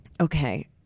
Okay